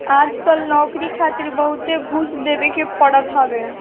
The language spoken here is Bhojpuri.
आजकल नोकरी खातिर बहुते घूस देवे के पड़त हवे